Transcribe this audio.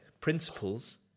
principles